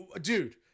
Dude